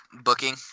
booking